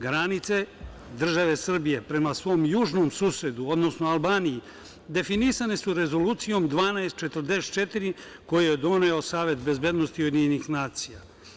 Granice države Srbije prema svom južnom susedu, odnosno Albaniji, definisane su Rezolucijom 1244, koju je doveo Savet bezbednosti UN.